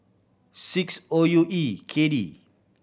six O U E K D